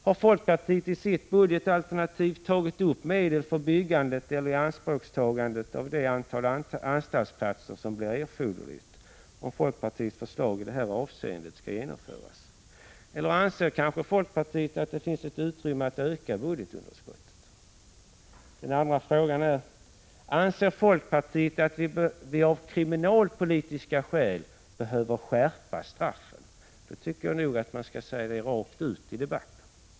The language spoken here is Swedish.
Har folkpartiet i sitt budgetalternativ tagit upp medel för byggandet eller ianspråktagandet av det antal anstaltsplatser som blir erforderligt, om folkpartiets förslag i det här avseendet skall genomföras, eller anser kanske folkpartiet att det finns ett utrymme att öka budgetunderskottet? Den andra frågan är: Anser folkpartiet att vi av kriminalpolitiska skäl behöver skärpa straffen? I så fall tycker jag att man skall säga det rakt ut i debatten.